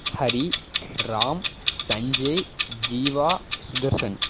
Hari Ram Sanjay Jeeva Sudarshan